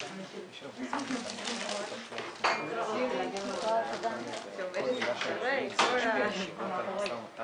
אחרות, ואנחנו לא עוברים על זה